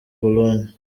pologne